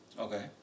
Okay